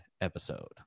episode